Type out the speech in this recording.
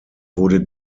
wurde